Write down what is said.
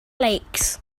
lakes